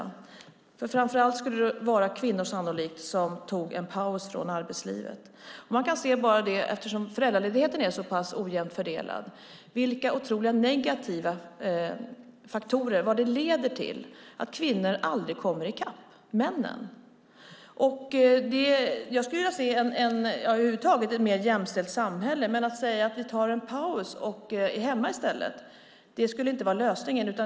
Det skulle sannolikt framför allt vara kvinnor som tog en paus från arbetslivet. Eftersom föräldraledigheten är så pass ojämnt fördelad kan man se otroligt negativa faktorer och vad det leder till att kvinnor aldrig kommer i kapp männen. Jag skulle över huvud taget vilja se ett mer jämställt samhälle, men att säga att man kan ta en paus och vara hemma i stället skulle inte vara lösningen.